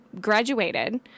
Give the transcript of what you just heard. graduated